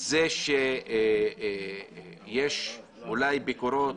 שזה שיש אולי ביקורות